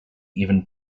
even